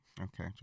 okay